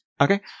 Okay